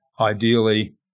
ideally